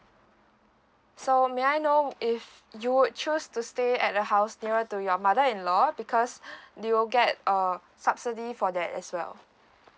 so may I know if you would choose to stay at a house nearer to your mother in law because you'll get uh subsidy for that as well